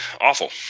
awful